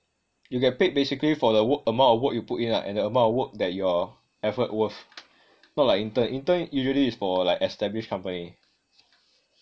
you get paid basically for the wo~ amount of work you put in lah and the amount of work that your effort worth not like intern intern usually is for established company